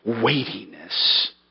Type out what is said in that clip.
weightiness